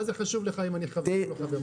מה זה חשוב לך אם אני חבר או לא חבר?